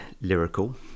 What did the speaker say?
lyrical